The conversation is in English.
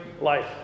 life